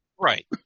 Right